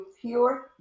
pure